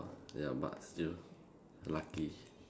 ya but still lucky